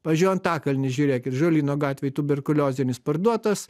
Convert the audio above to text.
pavyzdžiui antakalnis žiūrėk ir žolyno gatvėj tuberkuliozinis parduotas